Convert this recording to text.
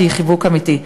שהיא חיבוק אמיתי.